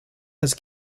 has